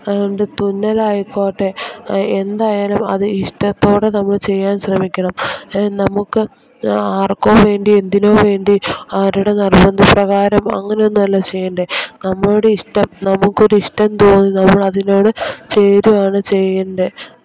അതുകൊണ്ട് തുന്നലായിക്കോട്ടെ എന്തയാലും അത് ഇഷ്ടത്തോടെ നമ്മൾ ചെയ്യാൻ ശ്രമിക്കണം നമുക്ക് ആർക്കോ വേണ്ടി എന്തിനോ വേണ്ടി അവരുടെ നിർബന്ധപ്രകാരം അങ്ങനെ ഒന്നും അല്ല ചെയ്യേണ്ടേത് നമ്മുടെ ഇഷ്ടം നമുക്ക് ഒരു ഇഷ്ടം തോന്നുന്നു നമ്മൾ അതിനോട് ചെയ്തു വേണം ചെയ്യേണ്ടത്